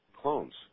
clones